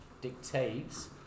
dictates